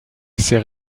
ces